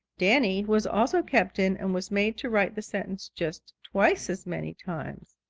danny was also kept in and was made to write the sentence just twice as many times.